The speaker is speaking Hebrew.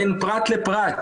בין פרט לפרט.